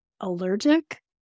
allergic